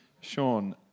Sean